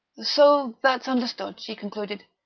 so that's understood, she concluded.